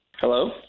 Hello